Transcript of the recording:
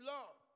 Lord